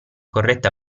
corretta